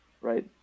right